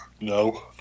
no